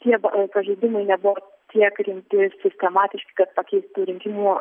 tie pažeidimai nebuvo tiek rimti ir sistematiški kad pakeistų rinkimų